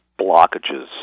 blockages